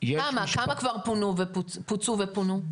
כמה כבר פוצו ופונו.